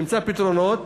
נמצא פתרונות.